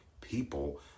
people